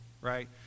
right